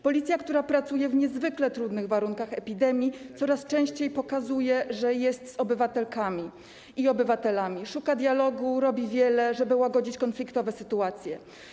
Policja, która pracuje w niezwykle trudnych warunkach epidemii, coraz częściej pokazuje, że jest z obywatelkami i obywatelami, szuka dialogu, robi wiele, żeby łagodzić konfliktowe sytuacje.